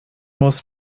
muss